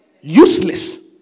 useless